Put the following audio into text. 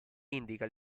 indica